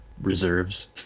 reserves